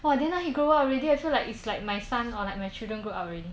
!wah! then now he grow up already I feel like it's like my son or like my children grow up already